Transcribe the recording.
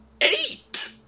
eight